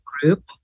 group